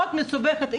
מאוד מסובכת.